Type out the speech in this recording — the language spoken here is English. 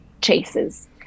chases